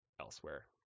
elsewhere